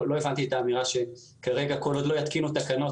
לא הבנתי את האמירה שכרגע כל עוד לא יתקינו תקנות,